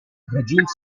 raggiunge